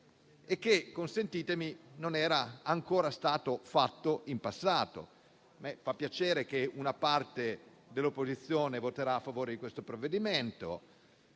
che ciò non era ancora stato fatto in passato. A me fa piacere che una parte dell'opposizione voterà a favore del provvedimento